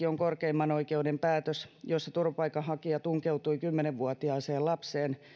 on korkeimman oikeuden päätös jossa turvapaikanhakija tunkeutui kymmenen vuotiaaseen lapseen